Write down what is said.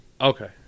Okay